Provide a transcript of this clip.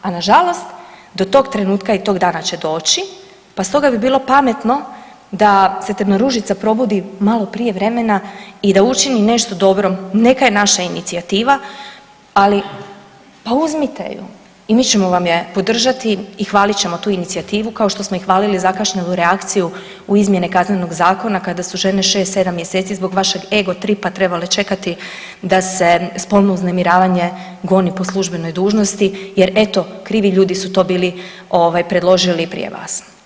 A nažalost do tog trenutka i tog dana će doći, pa stoga bi bilo pametno da se Trnoružica probudi malo prije vremena i da učini nešto dobro, neka je naša inicijativa, ali, pa uzmite ju i mi vam je podržati i hvalit ćemo tu inicijativu, kao što smo i hvalili zakašnjelu reakciju u izmjene Kaznenog zakona, kada su žene 6, 7 mjeseci zbog vašeg egotripa trebale čekati da se spolno uznemiravanje goni po službenoj dužnosti jer eto, krivi ljudi su to bili ovaj, predložili prije vas.